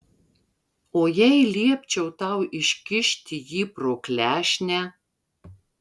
o jei liepčiau tau iškišti jį pro klešnę